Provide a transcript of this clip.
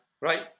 right